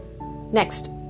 next